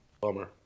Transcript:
Bummer